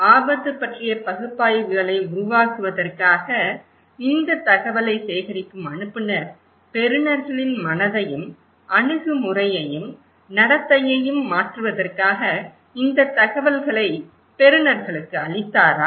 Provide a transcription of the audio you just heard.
ஆபத்து பற்றிய பகுப்பாய்வுகளை உருவாக்குவதற்காக இந்த தகவலை சேகரிக்கும் அனுப்புநர் பெறுநர்களின் மனதையும் அணுகுமுறையையும் நடத்தையையும் மாற்றுவதற்காக இந்த தகவல்களை பெறுநர்களுக்கு அளித்தாரா